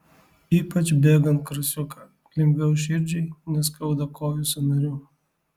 ypač bėgant krosiuką lengviau širdžiai neskauda kojų sąnarių